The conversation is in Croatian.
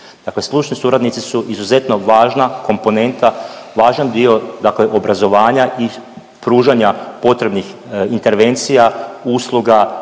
Dakle, stručni suradnici su izuzetno važna komponenta, važan dio dakle obrazovanja i pružanja potrebnih intervencija, usluga,